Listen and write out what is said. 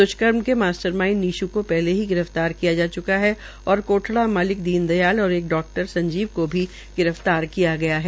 द्ष्कर्म के master mind नीश् को पहले ही गिरफ्तार किया जा च्का है और कोठड़ा मालिक दीनदयाल और एक डाक्टर संजीव को भी गिरफ्तार किय गया है